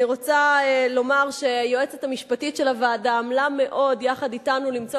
אני רוצה לומר שהיועצת המשפטית של הוועדה עמלה מאוד יחד אתנו למצוא